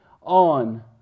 on